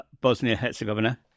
Bosnia-Herzegovina